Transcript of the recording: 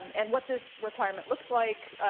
um and what this requirement looks like,